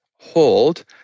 hold